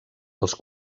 els